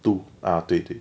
two ah 对对